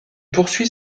poursuit